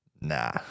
nah